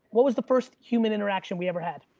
what was the first human interaction we ever had?